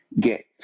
get